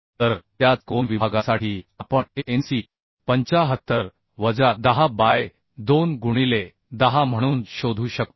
तर त्याच कोन विभागासाठी आपण Anc 75 वजा 10 बाय 2 गुणिले 10 म्हणून शोधू शकतो